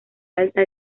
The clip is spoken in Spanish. alta